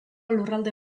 lurralde